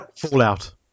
Fallout